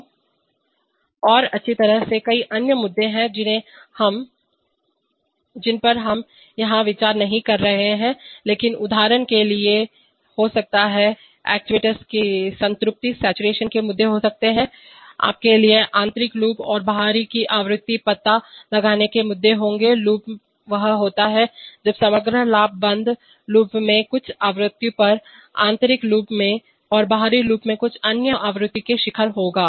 तो और अच्छी तरह से कई अन्य मुद्दे हैं जिन पर हम यहां विचार नहीं करने जा रहे हैं लेकिन उदाहरण के लिए हो सकता है एक्ट्यूएटर्स की संतृप्तिसातूरेशन के मुद्दे हो सकते हैं आपके लिए आंतरिक लूप और बाहरी की आवृत्ति पता लगाने के मुद्दे होंगे लूप वह होता है जब समग्र लाभ बंद लूप में कुछ आवृत्ति पर आंतरिक लूप में और बाहरी लूप में कुछ अन्य आवृत्ति में शिखर होगा